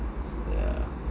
yeah